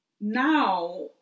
now